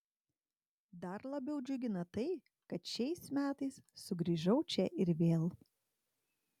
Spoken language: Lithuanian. dar labiau džiugina tai kad šiais metais sugrįžau čia ir vėl